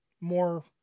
more